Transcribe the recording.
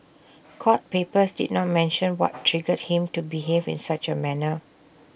court papers did not mention what triggered him to behave in such A manner